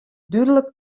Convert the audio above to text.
dúdlik